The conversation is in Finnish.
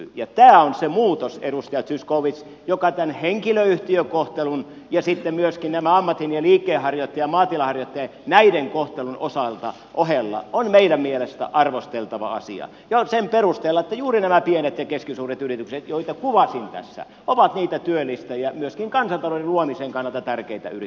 tämä on se muutos edustaja zyskowicz joka tämän henkilöyhtiökohtelun ja sitten myöskin näiden ammatin ja liikkeenharjoittajien ja maatilaharjoittajien kohtelun ohella on meidän mielestämme arvosteltava asia jo sen perusteella että juuri nämä pienet ja keskisuuret yritykset joita kuvasin tässä ovat niitä työllistäjiä myöskin kansantalouden luomisen kannalta tärkeitä yrityksiä